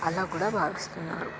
అలా కూడా భావిస్తున్నారు